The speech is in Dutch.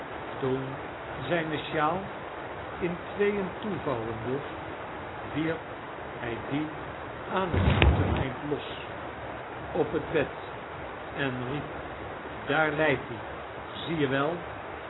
toen zyne sjaal in tweeen toevouwende wierp hjj die aan t voeteneind los op het bed en riep daar leit-ie zie jewel en